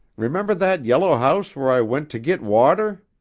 remember that yellow house where i went to git water?